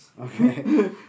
Okay